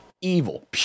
Evil